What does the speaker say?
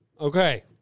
Okay